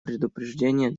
предупреждения